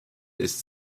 ist